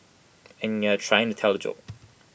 and you're trying to tell A joke